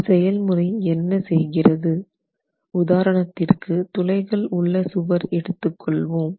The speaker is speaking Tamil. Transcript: இந்த செயல்முறை என்ன செய்கிறது உதாரணத்திற்கு துளைகள் உள்ள சுவர் எடுத்துக் கொள்வோம்